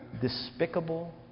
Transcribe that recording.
despicable